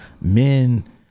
men